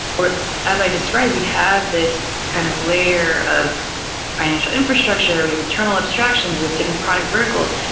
or as i describe we have this kind of layer of financial infrastructure, we have internal abstractions, we have different product verticals,